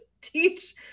teach